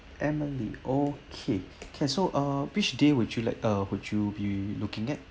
emily okay okay so uh which day would you like uh would you be looking at